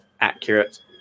accurate